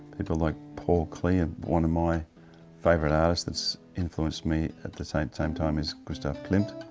people like paul klee. ah one of my favourite artists that's influenced me at the same time time is gustav klimt.